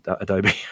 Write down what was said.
Adobe